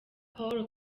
pawulo